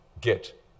get